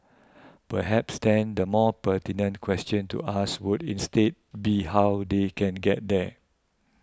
perhaps then the more pertinent question to ask would instead be how they can get there